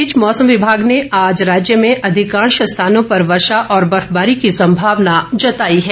इस बीच मौसम विभाग ने आज राज्य में अधिकांश स्थानों पर वर्षा और बर्फबारी की संभावना जताई है